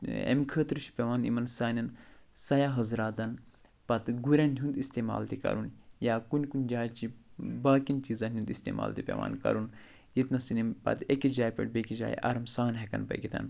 أمۍ خٲطرٕ چھِ پٮ۪وان یِمَن سانیٚن سیاح حضراتَن پتہٕ گُریٚن ہُنٛد اِستعمال تہِ کَرُن یا کُنہِ کُنہِ جایہِ چھِ باقِیَن چیٖزَن ہُنٛد تہِ اِستعمال پٮ۪وان کَرُن ییٚتنَسَن یِم پتہٕ أکِس جایہِ پٮ۪ٹھ بیٚکِس جایہِ آرام سان ہٮ۪کَن پٔکِتھ